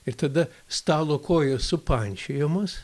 ir tada stalo kojos supančiojamos